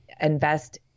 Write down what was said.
invest